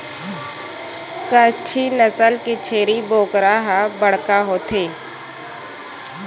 कच्छी नसल के छेरी बोकरा ह बड़का होथे